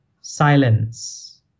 Silence